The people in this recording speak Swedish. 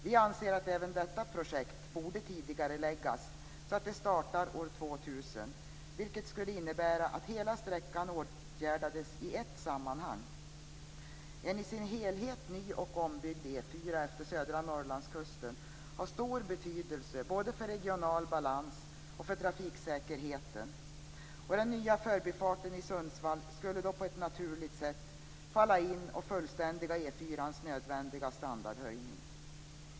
Vi anser att även detta projekt borde tidigareläggas så att det startar år 2000, vilket skulle innebära att hela sträckan åtgärdades i ett sammanhang. En i sin helhet ny och ombyggd E 4 utefter södra Norrlandskusten har stor betydelse både för regional balans och för trafiksäkerheten. Den nya förbifarten vid Sundsvall skulle på ett naturligt sätt falla in och fullständiga E 4:ans nödvändiga standardhöjning.